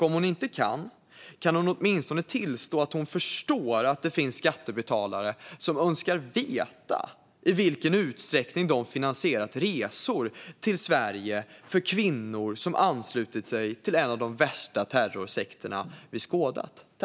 Om hon inte kan det, kan hon åtminstone tillstå att hon förstår att det finns skattebetalare som önskar veta i vilken utsträckning de finansierat resor till Sverige för kvinnor som anslutit sig till en av de värsta terrorsekter vi skådat?